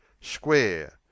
square